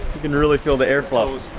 can really feel the airflow.